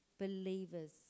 believers